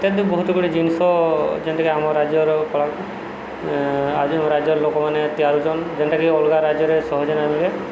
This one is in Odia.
ସେମିତି ବହୁତ ଗୁଡ଼ିଏ ଜିନିଷ ଯେମିତିକି ଆମ ରାଜ୍ୟର କଳା ଆଜି ରାଜ୍ୟର ଲୋକମାନେ ତିଆରି କରୁଛନ୍ତି ଯେମିତିକି ଅଲଗା ରାଜ୍ୟରେ ସହଜରେ ମିଳେନି